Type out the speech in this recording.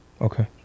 Okay